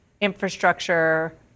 infrastructure